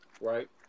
right